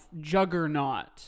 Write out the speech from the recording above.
juggernaut